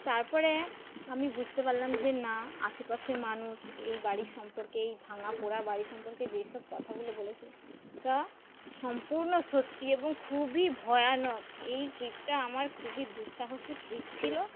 তারপরে আমি বুঝতে পারলাম যে না আশেপাশে মানুষ এই বাড়ির সম্পর্কে এই ভাঙা পোড়া বাড়ির সম্পর্কে যেসব কথাগুলো বলেছিলো ওটা সম্পূর্ণ সত্যি এবং খুবই ভয়ানক এই ট্রিপটা আমার খুবই দুঃসাহসী ট্রিপ ছিল